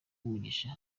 umugisha